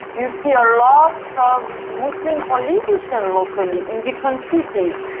you see ah lots of muslim politicians locally in different cities.